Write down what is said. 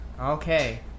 Okay